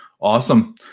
Awesome